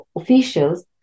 officials